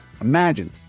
Imagine